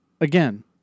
again